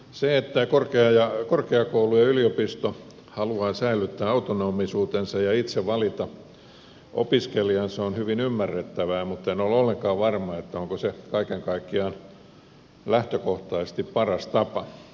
se että korkeakoulu ja yliopisto haluavat säilyttää autonomisuutensa ja itse valita opiskelijansa on hyvin ymmärrettävää mutta en ole ollenkaan varma onko se kaiken kaikkiaan lähtökohtaisesti paras tapa